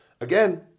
again